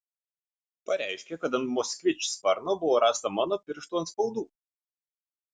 pareiškė kad ant moskvič sparno buvo rasta mano pirštų atspaudų